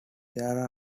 there